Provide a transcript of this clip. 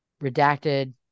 redacted